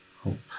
Hope